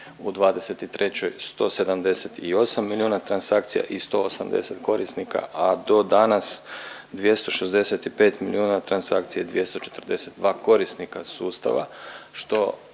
2023. 178 milijona transakcija i 180 korisnika, a do danas 265 milijona transakcija, 242 korisnika sustava